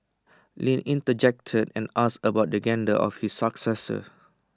Lin interjected and asked about the gender of his successor